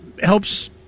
helps